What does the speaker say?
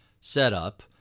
setup